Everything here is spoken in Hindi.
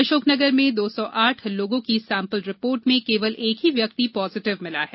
अशोकनगर में दो सौ आठ लोगों की सेम्पल रिपोर्ट में केवल एक ही व्यक्ति पॉजिटिव मिला है